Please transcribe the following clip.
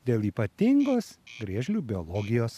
dėl ypatingos griežlių biologijos